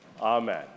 Amen